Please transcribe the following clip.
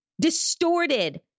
distorted